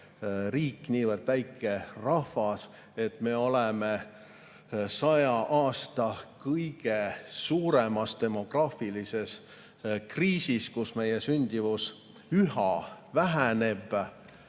riik ja niivõrd väike rahvas ning et me oleme 100 aasta kõige suuremas demograafilises kriisis, sest meie sündimus üha väheneb.